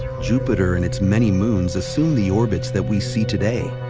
jumper and its many moons assume the orbits that we see today.